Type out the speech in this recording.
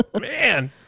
Man